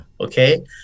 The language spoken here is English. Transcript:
Okay